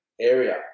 area